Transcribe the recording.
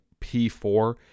P4